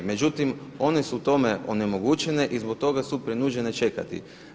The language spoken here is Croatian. Međutim, one su u tome onemogućene i zbog toga su prinuđene čekati.